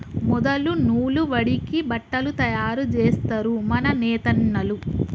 మొదలు నూలు వడికి బట్టలు తయారు జేస్తరు మన నేతన్నలు